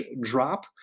drop